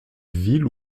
ville